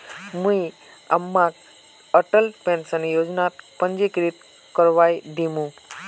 मुई अम्माक अटल पेंशन योजनात पंजीकरण करवइ दिमु